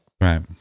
right